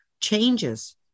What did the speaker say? changes